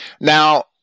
Now